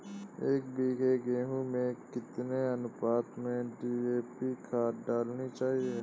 एक बीघे गेहूँ में कितनी अनुपात में डी.ए.पी खाद डालनी चाहिए?